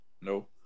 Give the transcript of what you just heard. No